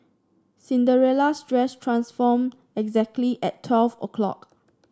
Cinderella's dress transformed exactly at twelve o'clock